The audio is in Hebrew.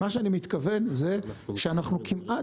מה שאני מתכוון זה שאנחנו כמעט,